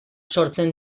sortzen